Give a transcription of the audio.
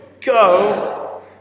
go